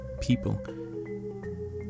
people